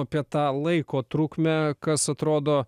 apie tą laiko trukmę kas atrodo